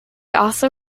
also